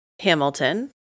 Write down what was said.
Hamilton